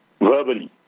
Verbally